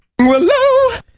Hello